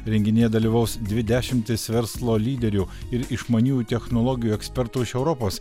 renginyje dalyvaus dvi dešimtys verslo lyderių ir išmaniųjų technologijų ekspertų iš europos